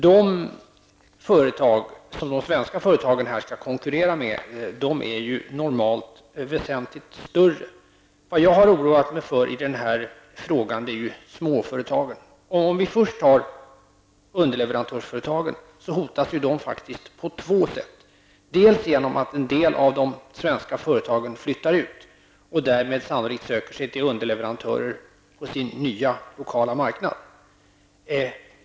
De företag som de svenska företagen skall konkurrera med är ju normalt väsentligt större. I det här fallet har jag oroat mig för småföretagen. Vi kan först se på underleverantörsföretagen. De hotas faktiskt på två sätt. Det ena sättet är att en del av de svenska företagen flyttar ut och därmed sannolikt söker sig till underleverantörer på den nya lokala marknaden.